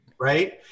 Right